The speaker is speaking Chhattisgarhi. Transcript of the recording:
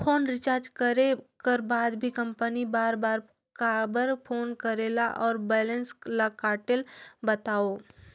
फोन रिचार्ज करे कर बाद भी कंपनी बार बार काबर फोन करेला और बैलेंस ल काटेल बतावव?